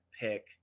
pick